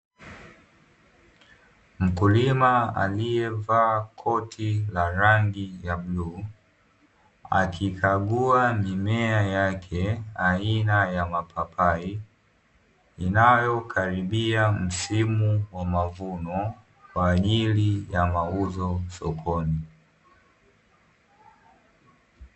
Mkulima aliyevaa koti la rangi ya bluu, akikagua mimea yake aina ya mapapai, inayokaribia msimu wa mavuno kwa ajili ya mauzo sokoni.